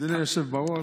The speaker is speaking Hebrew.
אדוני היושב בראש,